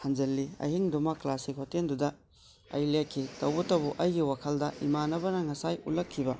ꯍꯟꯖꯤꯜꯂꯤ ꯑꯍꯤꯡꯗꯨꯃ ꯀ꯭ꯂꯥꯁꯁꯤꯛ ꯍꯣꯇꯦꯜꯗꯨꯗ ꯑꯩ ꯂꯦꯛꯈꯤ ꯇꯧꯕꯇꯕꯨ ꯑꯩꯒꯤ ꯋꯥꯈꯜꯗ ꯏꯃꯥꯟꯅꯕꯅ ꯉꯁꯥꯏ ꯎꯠꯂꯛꯈꯤꯕ